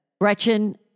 Gretchen